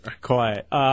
Quiet